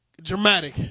Dramatic